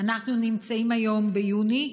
ואנחנו נמצאים היום ביוני,